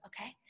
Okay